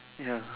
ya